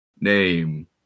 name